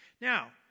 Now